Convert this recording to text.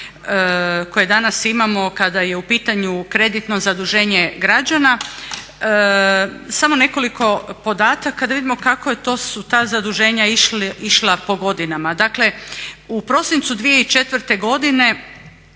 koje danas imamo kada je u pitanju kreditno zaduženje građana. Samo nekoliko podataka da vidimo kako su ta zaduženja su išla po godinama. Dakle u prosincu 2004. godine